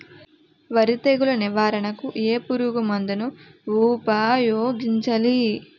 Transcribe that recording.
వరి తెగుల నివారణకు ఏ పురుగు మందు ను ఊపాయోగించలి?